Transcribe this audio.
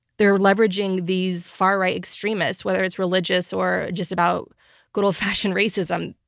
they're leveraging these far-right extremists, whether it's religious or just about good old-fashioned racism.